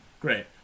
Great